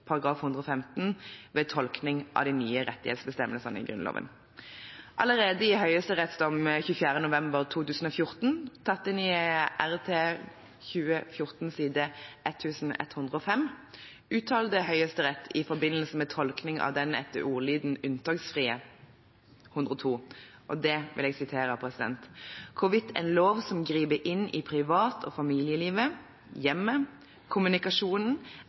115 ved tolkingen av de nye rettighetsbestemmelsene i Grunnloven. Allerede i høyesterettsdom av 24. november 2014, tatt inn i Rt. 2014 s. 1105, avsnitt 28, uttalte Høyesterett i forbindelse med tolkingen av den etter ordlyden unntaksfrie § 102, og jeg siterer: «hvorvidt en lov som griper inn i privat- og familielivet, hjemmet, kommunikasjonen